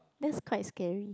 that's quite scary